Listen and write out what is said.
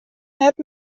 net